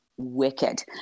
wicked